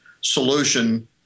solution